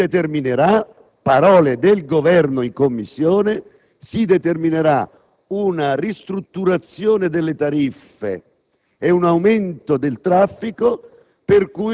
si determinerà - parole del Governo in Commissione - una ristrutturazione delle tariffe e un aumento del traffico,